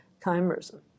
chimerism